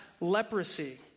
leprosy